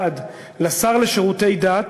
1. לשר לשירותי דת,